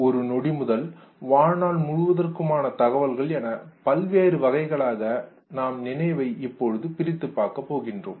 ஒரு நொடி முதல் வாழ்நாள் முழுவதற்குமான தகவல்கள் என பல்வேறு வகைகளாக நாம் நினைவை இப்பொழுது பிரித்து பார்க்க போகின்றோம்